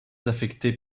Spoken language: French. affecté